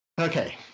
Okay